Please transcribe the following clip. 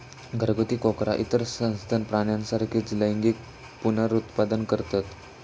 घरगुती कोकरा इतर सस्तन प्राण्यांसारखीच लैंगिक पुनरुत्पादन करतत